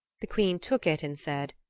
the queen took it and said,